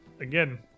Again